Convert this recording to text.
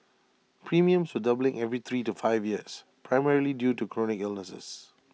premiums were doubling every three to five years primarily due to chronic illnesses